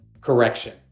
correction